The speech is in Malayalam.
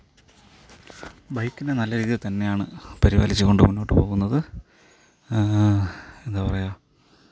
ബൈക്കിനെ നല്ല രീതിയിൽ തന്നെയാണ് പരിപാലിച്ച് കൊണ്ട് മുന്നോട്ട് പോകുന്നത് എന്താ പറയാ